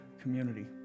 community